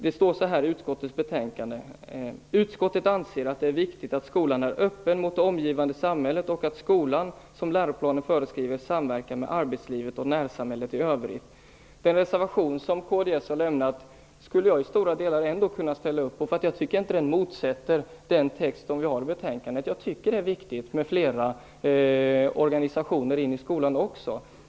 Det står i utskottets betänkande: "Utskottet anser att det är viktigt att skolan är öppen mot det omgivande samhället och att skolan, som läroplanen föreskriver, samverkar med arbetslivet och närsamhället i övrigt." Den reservation som kds har skrivit skulle jag till stora delar ändå kunna ställa mig bakom, eftersom jag inte anser att den går emot den text som står i betänkandet. Jag tycker att det är viktigt med flera organisationer i skolan också.